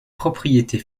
propriétés